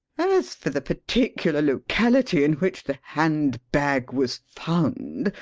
as for the particular locality in which the hand-bag was found,